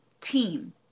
team